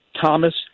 Thomas